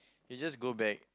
you just go back